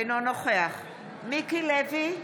אינו נוכח מיקי לוי,